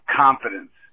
confidence